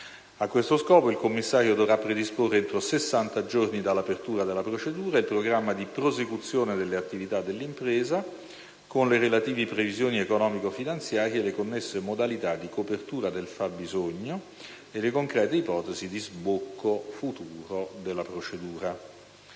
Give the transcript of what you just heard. A questo scopo il commissario straordinario dovrà predisporre entro 60 giorni dall'apertura della procedura, il programma di prosecuzione delle attività dell'impresa, con le relative previsioni economico-finanziarie, le connesse modalità di copertura del fabbisogno e le concrete ipotesi di sbocco futuro della procedura.